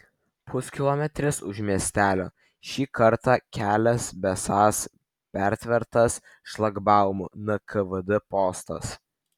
puskilometris už miestelio šį kartą kelias besąs pertvertas šlagbaumu nkvd postas